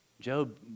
Job